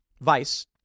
Vice